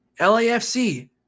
LAFC